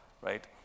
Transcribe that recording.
right